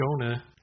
Jonah